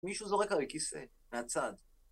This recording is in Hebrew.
מישהו זורק עלי כיסא מהצד.